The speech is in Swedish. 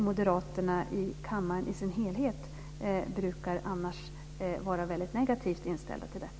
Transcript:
Moderaterna i kammaren i sin helhet brukar annars vara negativt inställda till detta.